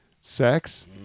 Sex